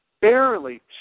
barely